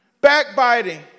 Backbiting